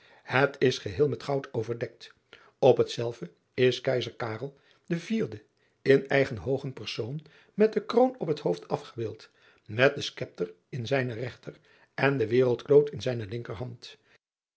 het is geheel met goud overdekt op hetzelve is eizer de in eigen hoogen persoon met de kroon op het hoofd afgebeeld met den schepter in zijne regter en den wereldkloot in zijne linkerhand